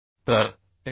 तर Atg